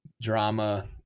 drama